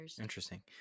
interesting